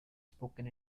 spoken